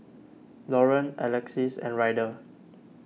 Lauren Alexis and Ryder